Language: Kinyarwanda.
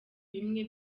bimwe